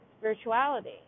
spirituality